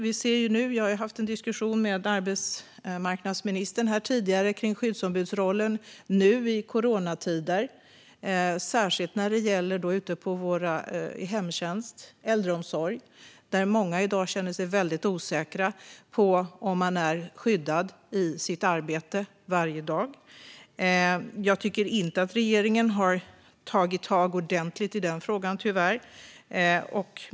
Vi har haft en diskussion med arbetsmarknadsministern tidigare om skyddsombudsrollen nu i coronatider, särskilt ute i hemtjänsten och i äldreomsorgen där många i dag känner sig mycket osäkra om de är skyddade i sitt arbete varje dag. Jag tycker tyvärr inte att regeringen har tagit tag ordentligt i denna fråga.